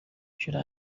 should